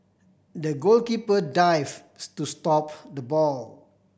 the goalkeeper dive to stop the ball